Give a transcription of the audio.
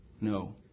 No